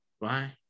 Bye